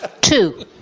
two